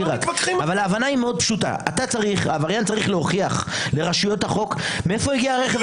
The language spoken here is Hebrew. העבריין צריך להוכיח לרשויות החוק מאיפה הגיע הרכב הזה.